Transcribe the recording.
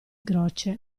croce